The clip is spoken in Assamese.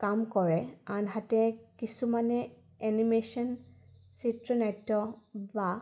কাম কৰে আনহাতে কিছুমানে এনিমেচন চিত্ৰ নাট্য বা